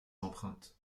empreintes